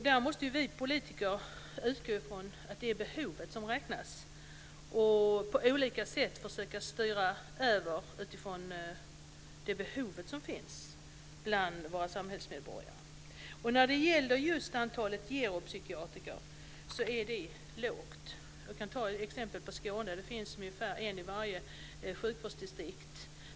Där måste vi politiker utgå ifrån att det är behovet som räknas och på olika sätt försöka styra över utifrån de behov som finns bland våra samhällsmedborgare. Just antalet geropsykiatriker är lågt. Jag kan ta Skåne som exempel: Där finns det ungefär en i varje sjukvårdsdistrikt.